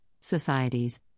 societies